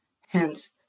Hence